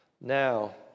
Now